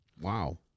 Wow